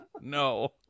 No